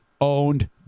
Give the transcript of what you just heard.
owned